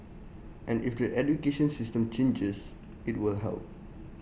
and if the education system changes IT will help